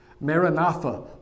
Maranatha